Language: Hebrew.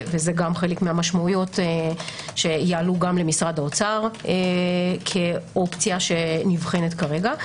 וגם זה חלק מהמשמעויות שיעלו גם למשרד האוצר כאופציה שנבחנת כרגע.